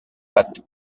pat